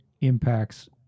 impacts